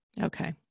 Okay